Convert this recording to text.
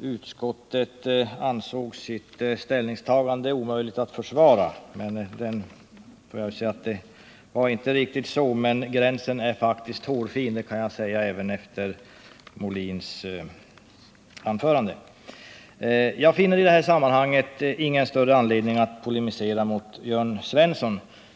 utskottet ansåg sitt ställningstagande omöjligt att försvara. Det var inte riktigt så, men gränsen är faktiskt hårfin — det kan jag säga även efter Björn Molins anförande. Jag finner i det här sammanhanget ingen större anledning att polemisera mot Jörn Svensson.